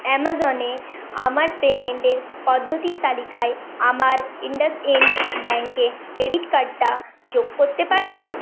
অ্যামাজনে এ আমার পেমেন্ট পদ্ধতির তালিকায় আমার ইন্ডাসইন্ড ব্যাঙ্ক ক্রেডিট কার্ডটা যোগ করতে পারেন